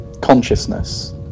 consciousness